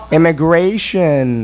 Immigration